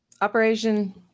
Operation